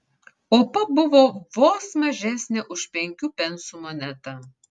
opa buvo vos mažesnė už penkių pensų monetą